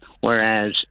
whereas